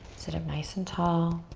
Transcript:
sit up nice and tall.